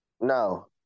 no